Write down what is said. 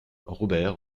robert